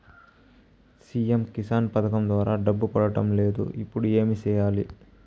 CM Kisan పథకం ద్వారా డబ్బు పడడం లేదు ఇప్పుడు ఏమి సేయాలి